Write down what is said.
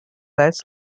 less